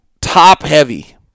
top-heavy